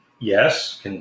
Yes